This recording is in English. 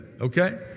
okay